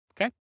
Okay